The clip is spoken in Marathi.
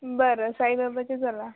बरं साईबाबाच्या चला